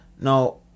now